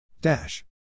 Dash